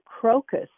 crocus